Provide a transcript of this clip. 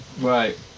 Right